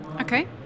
Okay